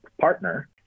partner